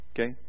Okay